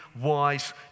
wise